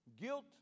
Guilt